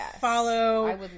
follow